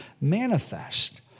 manifest